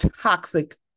toxic